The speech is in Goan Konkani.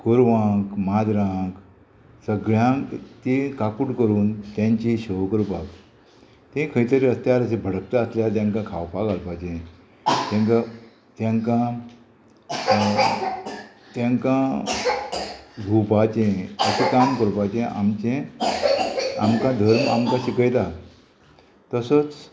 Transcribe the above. गोरवांक माजरांक सगळ्यांक ती काकूट करून तेंचे शेवा करपाक ते खंय तरी आसत्यार अशे भडकता आसल्यार तेंकां खावपाक घालपाचें तेंकां तेंकां तेंकां धुवपाचें अशें काम करपाचें आमचें आमकां धर्म आमकां शिकयता तसोच